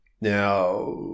Now